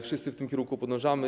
Wszyscy w tym kierunku podążamy.